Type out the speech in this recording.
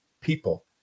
people